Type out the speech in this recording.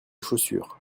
chaussures